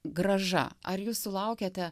grąža ar jūs sulaukiate